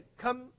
come